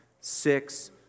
six